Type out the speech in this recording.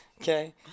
Okay